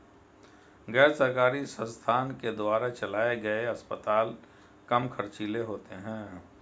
गैर सरकारी संस्थान के द्वारा चलाये गए अस्पताल कम ख़र्चीले होते हैं